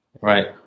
Right